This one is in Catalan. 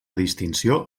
distinció